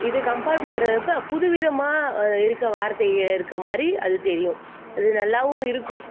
இது கம்பேர் பண்ணுறப்ப புது விதமாக அதில் இருக்கற வார்த்தையில் இருக்கற மாதிரி அது தெரியும் அது நல்லாவும் இருக்கும்